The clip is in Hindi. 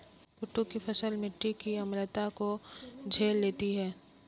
कुट्टू की फसल मिट्टी की अम्लता को झेल लेती है